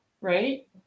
right